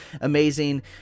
amazing